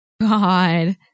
God